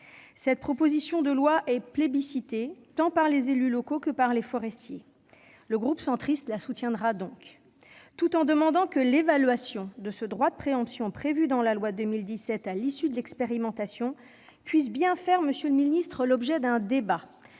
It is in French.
Cette proposition de loi est plébiscitée, tant par les élus locaux que par les forestiers. Le groupe centriste la soutiendra donc, tout en demandant que l'évaluation de ce droit de préemption, prévue dans la loi de 2017 à l'issue de l'expérimentation, puisse bien faire, monsieur le ministre, l'objet d'un débat,